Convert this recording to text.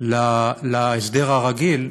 להסדר הרגיל,